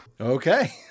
Okay